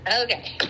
Okay